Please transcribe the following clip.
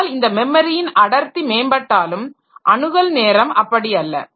அதனால் இந்த மெமரியின் அடர்த்தி மேம்பட்டாலும் அணுகல் நேரம் அப்படி அல்ல